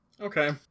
Okay